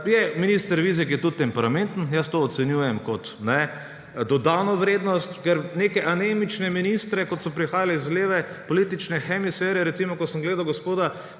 Minister Vizjak je tudi temperamenten, jaz to ocenjujem kot dodano vrednost, ker neke anemične ministre, kot so prihajali iz leve politične hemisfere, recimo, ko sem gledal gospoda